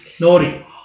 Naughty